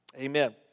Amen